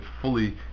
fully